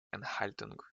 einhaltung